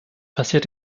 passiert